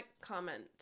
comment